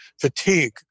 fatigue